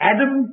Adam